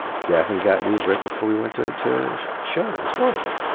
gavin got news right before we went ah to show it was horrible.